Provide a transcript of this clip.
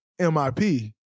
MIP